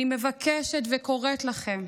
אני מבקשת וקוראת לכם,